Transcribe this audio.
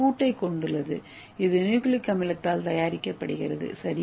இது ஒரு பூட்டைக் கொண்டுள்ளது இது நியூக்ளிக் அமிலத்தால் தயாரிக்கப்படுகிறது